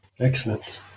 Excellent